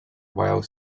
while